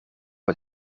het